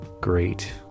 great